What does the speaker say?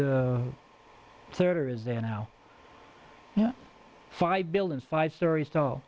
there now five buildings five stories tall